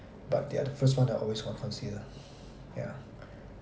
but they are the first one that I always con~ consider ya